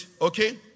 okay